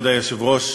כבוד היושב-ראש,